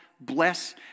bless